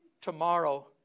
Tomorrow